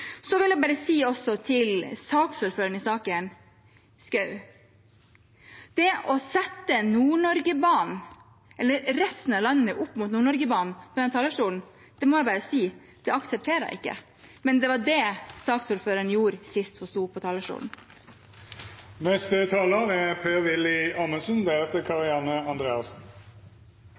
Så vil jeg også bare si til saksordføreren i saken, representanten Schou: Det å sette resten av landet opp mot Nord-Norgebanen fra denne talerstolen, må jeg bare si at det aksepterer jeg ikke, men det var det saksordføreren gjorde sist hun stod på talerstolen. Nok en gang er